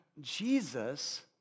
Jesus